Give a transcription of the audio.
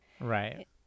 Right